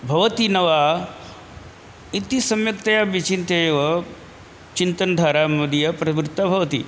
भवति न वा इति सम्यक्तया विचिन्त्यैव चिन्तनधारा मदीया प्रवृत्ता भवति